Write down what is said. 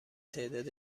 تعداد